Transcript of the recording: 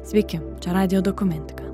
sveiki čia radijo dokumentika